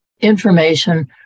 information